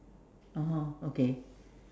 oh okay